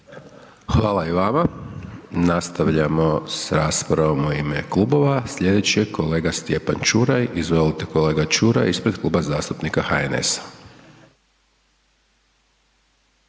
Hvala i vama. Nastavljamo s raspravom u ime klubova. Sljedeći je kolega Stjepan Čuraj. Izvolite kolega Čuraj, ispred Kluba zastupnika HNS-a.